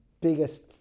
biggest